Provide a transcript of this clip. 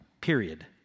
Period